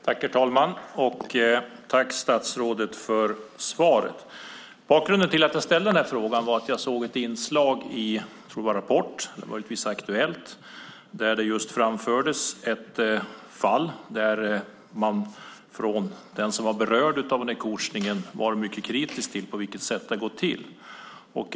Herr talman! Tack, statsrådet, för svaret! Bakgrunden till att jag ställde den här frågan var att jag såg ett inslag i Rapport , eller möjligtvis Aktuellt , där det just anfördes ett fall där den som var berörd av coachningen var mycket kritisk till det sätt på vilket den gått till.